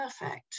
perfect